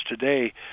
today